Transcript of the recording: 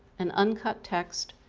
an uncut text,